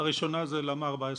שאלה ראשונה למה 14?